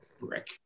brick